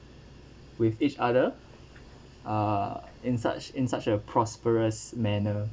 with each other uh in such in such a prosperous manner